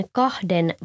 kahden